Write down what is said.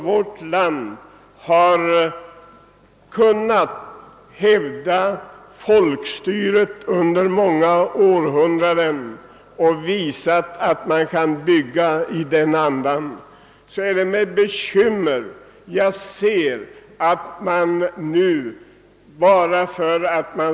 Vårt land har kunnat hävda folkstyret under många århundraden och har visat att man kan bygga upp en stat i den andan.